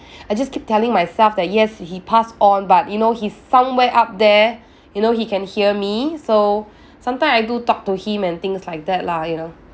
I just keep telling myself that yes he passed on but you know he's somewhere up there you know he can hear me so sometime I do talk to him and things like that lah you know